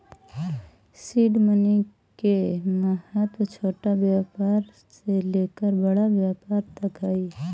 seed money के महत्व छोटा व्यापार से लेकर बड़ा व्यापार तक हई